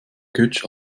götsch